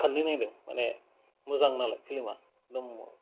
खाननै नायबाय माने मोजां नालाय फिलिमआ दङ